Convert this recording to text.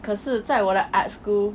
可是在我的 art school